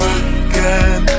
again